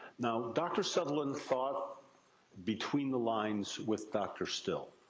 now, dr. sutherland thought between the lines with dr. still.